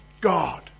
God